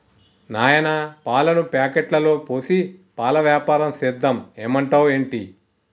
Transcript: నాయనా పాలను ప్యాకెట్లలో పోసి పాల వ్యాపారం సేద్దాం ఏమంటావ్ ఏంటి